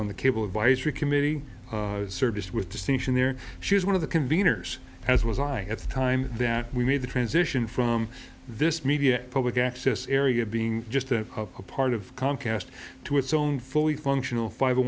on the cable advisory committee service with distinction there she is one of the conveners as was i at the time that we made the transition from this media public access area being just a part of comcast to its own fully function five